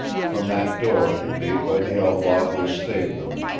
from that door, made by the outlaw who had saved them,